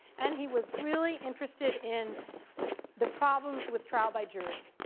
and he was really interested in the problems with trial by jury.